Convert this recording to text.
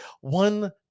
one